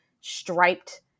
striped